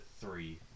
three